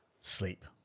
sleep